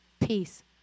peace